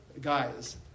guys